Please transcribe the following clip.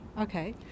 okay